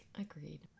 Agreed